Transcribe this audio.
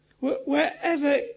Wherever